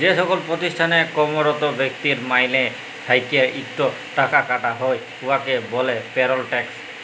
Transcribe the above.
যেকল পতিষ্ঠালে কম্মরত ব্যক্তির মাইলে থ্যাইকে ইকট টাকা কাটা হ্যয় উয়াকে ব্যলে পেরল ট্যাক্স